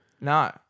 No